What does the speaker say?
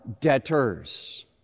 debtors